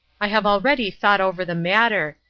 i have already thought over the matter,